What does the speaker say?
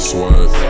Sweat